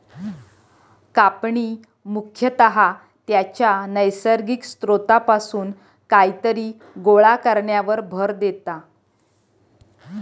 कापणी मुख्यतः त्याच्या नैसर्गिक स्त्रोतापासून कायतरी गोळा करण्यावर भर देता